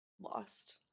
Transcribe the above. Lost